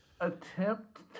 attempt